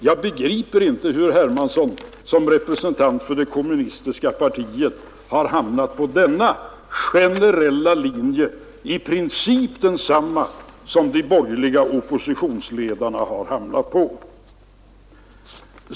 Jag begriper inte hur herr Hermansson som representant för det kommunistiska partiet har hamnat på denna generella linje — i princip densamma som de borgerliga oppositionsledarna har hamnat på.